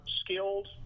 skilled